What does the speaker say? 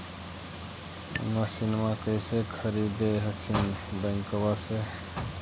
मसिनमा कैसे खरीदे हखिन बैंकबा से?